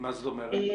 מה זאת אומרת?